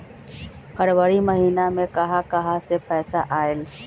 फरवरी महिना मे कहा कहा से पैसा आएल?